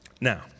Now